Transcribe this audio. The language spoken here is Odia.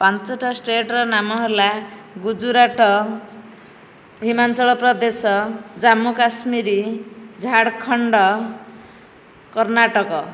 ପାଞ୍ଚଟା ଷ୍ଟେଟର ନାମ ହେଲା ଗୁଜୁରାଟ ହିମାଚଳ ପ୍ରଦେଶ ଜାମ୍ମୁ କାଶ୍ମୀର ଝାଡ଼ଖଣ୍ଡ କର୍ଣ୍ଣାଟକ